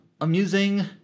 amusing